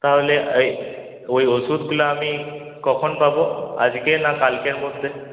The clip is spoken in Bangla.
তাহলে এই ওই ওষুধগুলো আমি কখন পাবো আজকে না কালকের মধ্যে